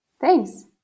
Thanks